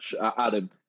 Adam